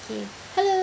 K hello